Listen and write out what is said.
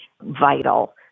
vital